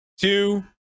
two